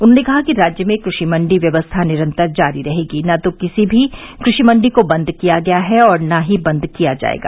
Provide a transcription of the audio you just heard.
उन्होंने कहा कि राज्य में कृषि मंडी व्यवस्था निरन्तर जारी रहेगी न तो किसी भी कृषि मंडी को बंद किया गया है और न बंद किया जायेगा